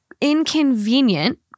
inconvenient